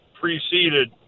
preceded